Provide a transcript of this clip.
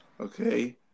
Okay